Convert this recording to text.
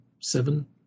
seven